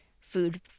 food